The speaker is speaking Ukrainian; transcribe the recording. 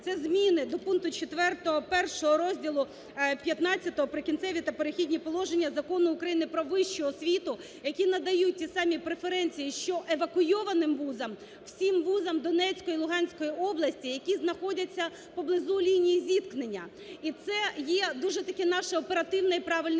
це зміни до пункту 4.1 розділу XV "Прикінцеві та перехідні положення" Закону України "Про вищу освіту", які надають ті самі преференції, що евакуйованим вузам, всім вузам Донецької, Луганської області, які знаходяться поблизу лінії зіткнення. І це є дуже таке наше оперативне і правильне